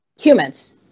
humans